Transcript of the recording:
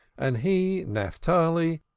and he, naphtali,